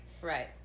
Right